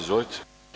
Izvolite.